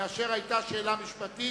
ואשר היתה בה שאלה משפטית.